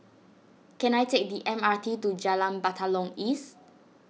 can I take the M R T to Jalan Batalong East